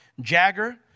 Jagger